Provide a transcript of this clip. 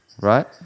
Right